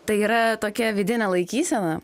tai yra tokia vidinė laikysena